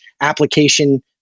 application